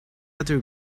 other